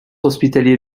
hospitalier